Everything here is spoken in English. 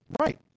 Right